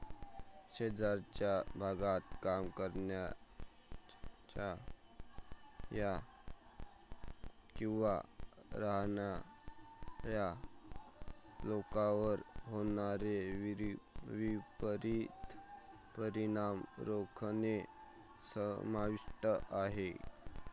शेजारच्या भागात काम करणाऱ्या किंवा राहणाऱ्या लोकांवर होणारे विपरीत परिणाम रोखणे समाविष्ट आहे